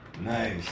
Nice